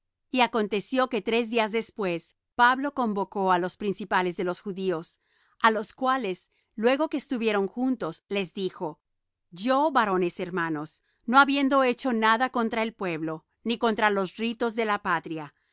y aconteció que tres días después pablo convocó á los principales de los judíos á los cuales luego que estuvieron juntos les dijo yo varones hermanos no habiendo hecho nada contra el pueblo ni contra los ritos de la patria